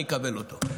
אני אקבל אותו.